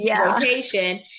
rotation